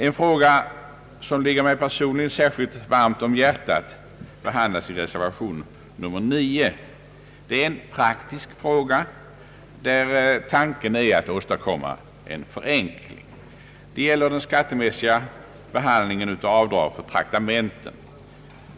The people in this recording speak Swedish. En fråga som ligger mig personligen särskilt varmt om hjärtat behandlas i reservation 9. Det är en praktisk fråga, där tanken är att åstadkomma en förenkling. Det gäller den skattemässiga behandlingen av avdragen för traktamente.